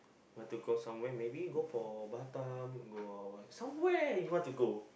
want to go somewhere maybe go for Batam go where somewhere you want to go